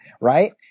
right